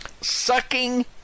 Sucking